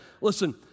Listen